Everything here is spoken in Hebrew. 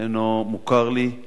אינו מוכר לי,